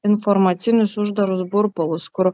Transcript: informacinius uždarus burbulus kur